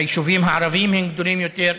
ביישובים הערביים הם גדולים יותר,